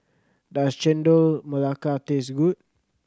does Chendol Melaka taste good